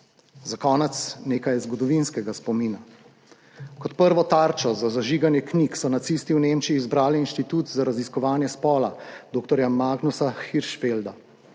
Za konec nekaj zgodovinskega spomina. Kot prvo tarčo za zažiganje knjig so nacisti v Nemčiji izbrali inštitut za raziskovanje spola doktorja Magnusa Hirschfelda.